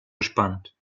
gespannt